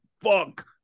fuck